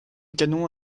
canon